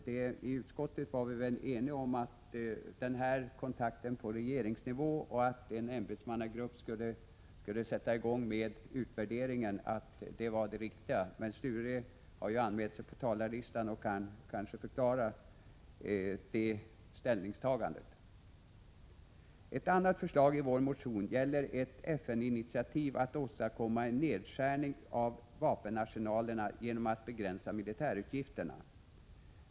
I utskottet var vi eniga om att det viktiga var att denna kontakt skulle ske på regeringsnivå och att en ämbetsmannagrupp skulle göra en utvärdering. Men Sture Ericson har ju anmält sig på talarlistan och kan kanske förklara detta ställningstagande. Ett annat förslag i vår motion gäller ett FN-initiativ för att åstadkomma en nedskärning av vapenarsenalerna genom att begränsa militärutgifterna.